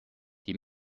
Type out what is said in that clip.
die